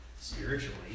spiritually